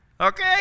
Okay